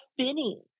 spinning